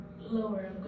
Lower